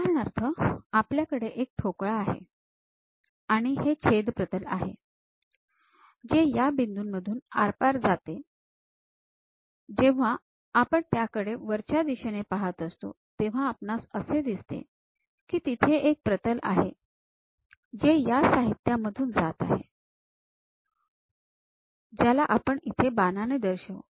उदारहरणार्थ आपल्याकडे एक ठोकळा आहे आणि हे छेद प्रतल आहे जे या बिंदूंमधून आरपार जाते जेव्हा आपण त्याकडे वरच्या दिशेने पाहत असतो तेव्हा आपणास असे दिसते कि तिथे एक प्रतल आहे जे या साहित्यामधून जाते आहे ज्याला आपण इथे बाणाने दर्शवू